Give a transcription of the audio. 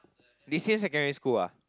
they same secondary school ah